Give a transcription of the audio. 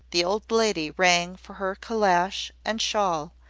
the old lady rang for her calash and shawl,